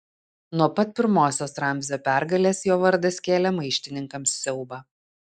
nuo pat pirmosios ramzio pergalės jo vardas kėlė maištininkams siaubą